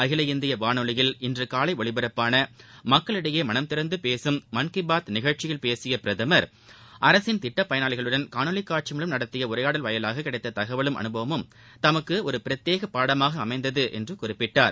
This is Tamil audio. அகில இந்திய வானொலியில் இன்று காலை ஒலிபரப்பாள மக்களிடையே மனம் திறந்து பேசும் மன் கி பாத் நிகழ்ச்சியில் பேசிய பிரதமர் அரசின் திட்டப்பயனாளிகளுடன் காணொலி காட்சி மூலம் நடத்திய உரையாடல் வாயிலாக கிடைத்த தகவலும் அனுபவமும் தமக்கு ஒரு பிரத்யேக பாடமாக அமைந்தது என்று குறிப்பிட்டார்